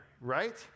right